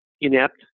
inept